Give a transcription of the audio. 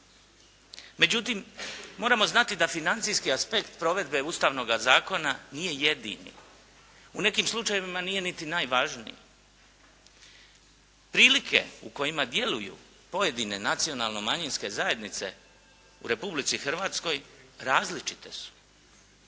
Međutim, moramo znati da financijski aspekt provedbe Ustavnoga zakona nije jedini. U nekim slučajevima nije niti najvažniji. Prilike u kojima djeluju pojedine nacionalno manjinske zajednice u Republici Hrvatskoj različite su.